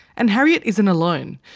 and harriet isn't alone.